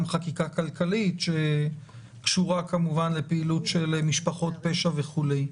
חקיקה כלכלית שקשורה לפעילות של משפחות פשע וכולי?